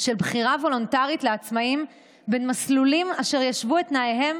של בחירה וולונטרית לעצמאים בין מסלולים אשר ישוו את תנאיהם